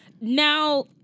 Now